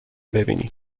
ببینی